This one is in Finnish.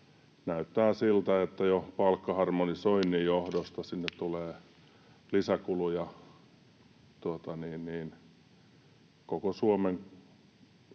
näyttää siltä, että jo palkkaharmonisoinnin johdosta sinne tulee lisäkuluja koko Suomen